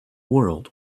world